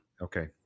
Okay